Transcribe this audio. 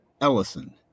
Ellison